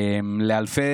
היא בכיסא